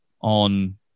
on